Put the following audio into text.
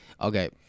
Okay